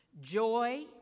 joy